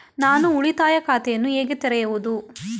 ನಾನು ಉಳಿತಾಯ ಖಾತೆಯನ್ನು ಹೇಗೆ ತೆರೆಯುವುದು?